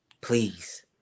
Please